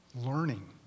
Learning